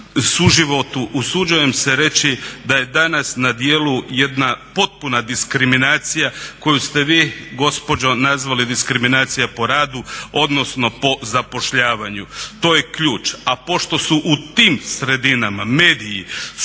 suživotu usuđujem se reći da je danas na djelu jedna potpuna diskriminacija koju ste vi gospođo nazvali diskriminacija po radu, odnosno po zapošljavanju. To je ključ. A pošto su u tim sredinama mediji 100%